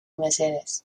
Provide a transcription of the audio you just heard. mesedez